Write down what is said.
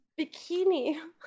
bikini